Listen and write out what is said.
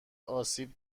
آسیب